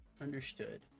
Understood